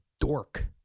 dork